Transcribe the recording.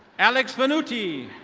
alex minuti.